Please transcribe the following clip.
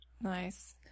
Nice